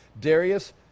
Darius